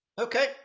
Okay